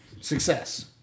success